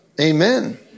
Amen